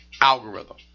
algorithm